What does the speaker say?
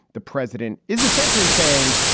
the president is essentially saying,